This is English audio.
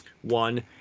one